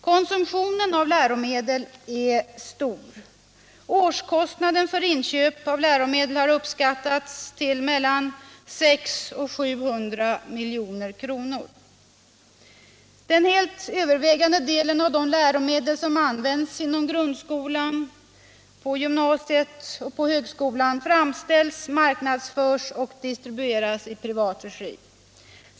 Konsumtionen av läromedel är stor. Årskostnaden för inköp av läromedel har uppskattats till 600-700 milj.kr. Den helt övervägande delen av de läromedel som används inom grundskolan, gymnasieskolan och högskolan framställs, marknadsförs och distribueras i privat regi.